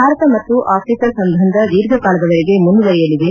ಭಾರತ ಮತ್ತು ಆಫ್ರಿಕಾ ಸಂಬಂಧ ದೀರ್ಘ ಕಿಲದವರೆಗೆ ಮುಂದುವರೆಯಲಿದೆ